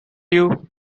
you